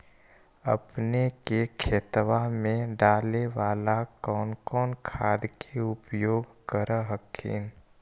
अपने के खेतबा मे डाले बाला कौन कौन खाद के उपयोग कर हखिन?